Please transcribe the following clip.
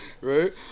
Right